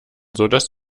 sodass